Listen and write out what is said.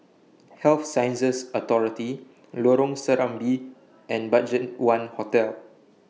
Health Sciences Authority Lorong Serambi and BudgetOne Hotel